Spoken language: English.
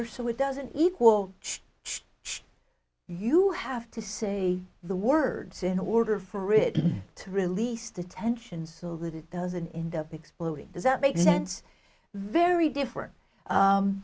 anger so it doesn't equal you have to say the words in order for it to release the tension so that it doesn't end up exploding does that make sense very different